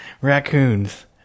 raccoons